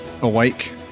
awake